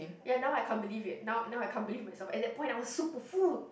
ya now I can't believe it now now I can't believe myself at that point I was super full